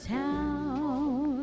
town